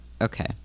Okay